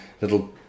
little